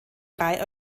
drei